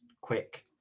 quick